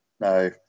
No